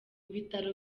bitaro